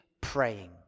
praying